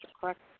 correct